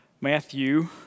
Matthew